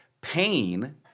pain